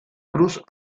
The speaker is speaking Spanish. cruz